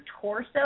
torso